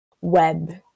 web